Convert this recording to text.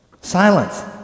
Silence